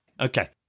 Okay